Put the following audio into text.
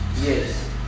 Yes